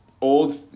old